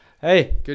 Hey